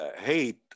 hate